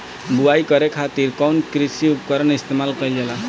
बुआई करे खातिर कउन कृषी उपकरण इस्तेमाल कईल जाला?